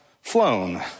flown